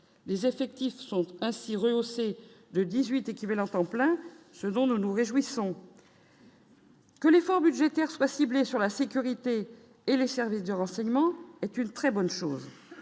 les effectifs sont ainsi rehaussés. De 18 équivalents temps plein selon nous nous réjouissons. Que l'effort budgétaire soit ciblée sur la sécurité et les services de renseignement est une très bonne chose